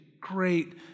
great